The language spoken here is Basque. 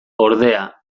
ordea